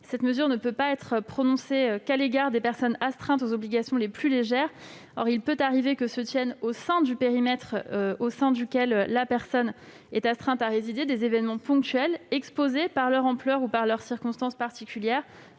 de paraître ne pouvant être prononcée qu'à l'égard de personnes astreintes aux obligations les plus légères. Or il peut arriver que se tiennent, à l'intérieur du périmètre au sein duquel une personne est astreinte à résider, des événements ponctuels exposés, par leur ampleur ou par leurs circonstances particulières,